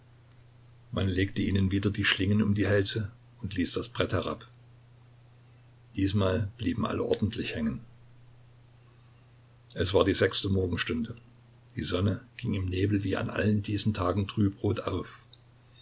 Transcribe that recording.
man legte ihnen wieder die schlingen um die hälse und ließ das brett herab diesmal blieben alle ordentlich hängen es war die sechste morgenstunde die sonne ging im nebel wie an allen diesen tagen trübrot auf